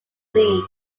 lead